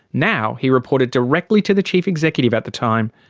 now he reported directly to the chief executive at the time,